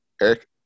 Eric